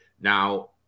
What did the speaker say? Now